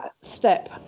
step